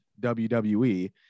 WWE